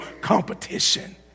competition